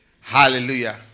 Hallelujah